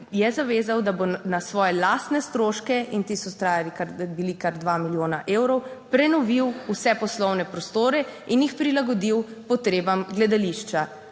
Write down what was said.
je zavezal, da bo na svoje lastne stroške in ti so vztrajali bili kar dva milijona evrov prenovil vse poslovne prostore in jih prilagodil potrebam gledališča,